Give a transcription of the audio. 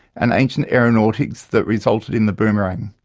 and ancient aeronautics that resulted in the boomerang.